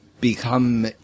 become